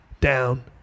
down